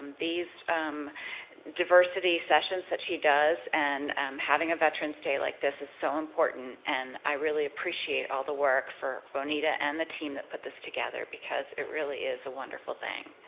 these diversity sessions that she does and having a veterans day like this is so important. and i really appreciate all the work for bonita and the team that put this together because it really is a wonderful thing.